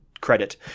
credit